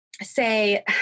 say